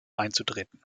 einzutreten